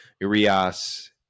Urias